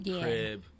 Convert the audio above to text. crib